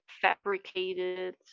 fabricated